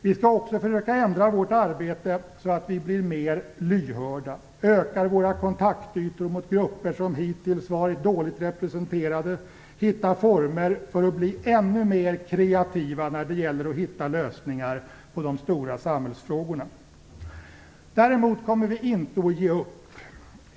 Vi skall också försöka ändra vårt arbete så att vi blir mer lyhörda, ökar våra kontaktytor mot grupper som hittills har varit dåligt representerade, hittar former för att bli ännu mer kreativa när det gäller att finna lösningar på de stora samhällsfrågorna. Däremot kommer vi inte att ge upp.